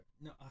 No